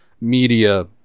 media